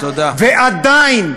ועדיין,